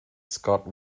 scott